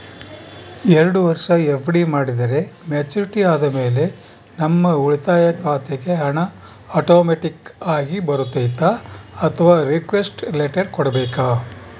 ಎರಡು ವರುಷ ಎಫ್.ಡಿ ಮಾಡಿದರೆ ಮೆಚ್ಯೂರಿಟಿ ಆದಮೇಲೆ ನಮ್ಮ ಉಳಿತಾಯ ಖಾತೆಗೆ ಹಣ ಆಟೋಮ್ಯಾಟಿಕ್ ಆಗಿ ಬರ್ತೈತಾ ಅಥವಾ ರಿಕ್ವೆಸ್ಟ್ ಲೆಟರ್ ಕೊಡಬೇಕಾ?